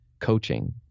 coaching